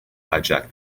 hijack